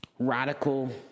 Radical